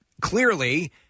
clearly